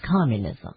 communism